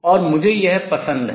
और मुझे यह पसंद है